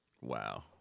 Wow